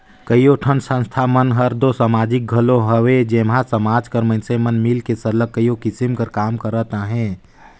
कइयो ठन संस्था मन हर दो समाजिक घलो हवे जेम्हां समाज कर मइनसे मन मिलके सरलग कइयो किसिम कर काम करत अहें